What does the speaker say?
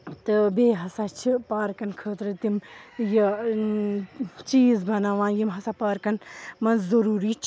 تہٕ بیٚیہِ ہَسا چھِ پارکَن خٲطرٕ تِم یہِ چیٖز بَناوان یِم ہَسا پارکَن منٛز ضٔروٗری چھِ